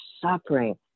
suffering